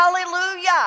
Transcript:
Hallelujah